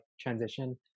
transition